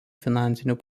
finansinių